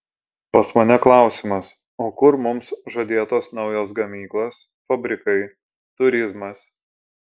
pas mane klausimas o kur mums žadėtos naujos gamyklos fabrikai turizmas